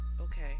okay